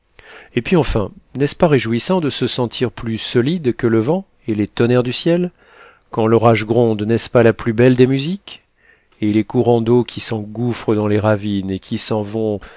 et puis enfin n'est-ce pas réjouissant de se sentir plus solide que le vent et les tonnerres du ciel quand l'orage gronde n'est-ce pas la plus belle des musiques et les courants d'eau qui s'engouffrent dans les ravines et qui s'en vont